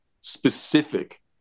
specific